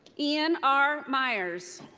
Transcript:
ian r. myers.